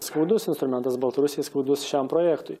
skaudus instrumentas baltarusijai skaudus šiam projektui